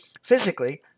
Physically